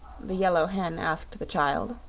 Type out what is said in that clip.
the yellow hen asked the child.